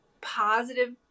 positive